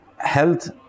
Health